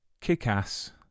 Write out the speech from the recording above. kick-ass